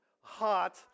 hot